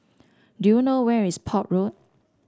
do you know where is Port Road